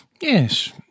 Yes